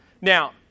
Now